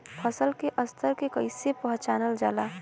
फसल के स्तर के कइसी पहचानल जाला